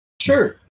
Sure